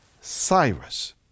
Cyrus